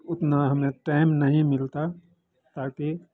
उतना हमें टाइम नहीं मिलता ताकि